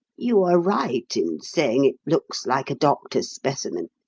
you are right in saying it looks like a doctor's specimen.